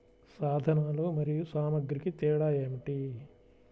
సాధనాలు మరియు సామాగ్రికి తేడా ఏమిటి?